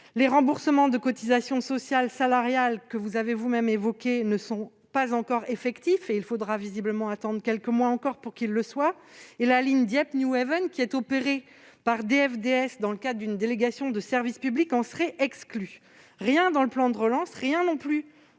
Les remboursements de cotisations sociales et salariales que vous avez évoqués ne sont pas encore effectifs, et il faudra manifestement attendre quelques mois encore pour qu'ils le soient. De plus, la ligne Dieppe-Newhaven, opérée par DFDS Seaways dans le cadre d'une délégation de service public (DSP), en serait exclue. Rien dans le plan de relance, rien non plus